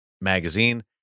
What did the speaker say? magazine